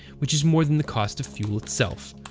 which is more than the cost of fuel itself.